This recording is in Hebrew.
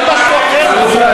רבותי,